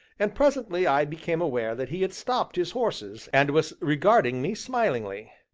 and presently i became aware that he had stopped his horses, and was regarding me smilingly.